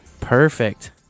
Perfect